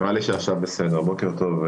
בוקר טוב.